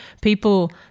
people